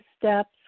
steps